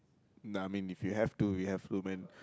no I mean if you have to you have to man